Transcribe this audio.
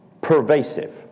pervasive